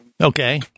Okay